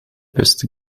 beste